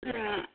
ಹ್ಞೂ